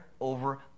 over